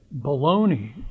Baloney